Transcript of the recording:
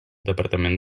departament